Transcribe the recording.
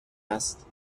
است